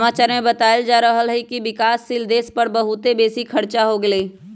समाचार में बतायल जा रहल हइकि विकासशील देश सभ पर बहुते बेशी खरचा हो गेल हइ